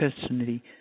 personally